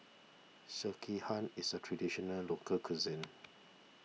Sekihan is a Traditional Local Cuisine